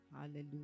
Hallelujah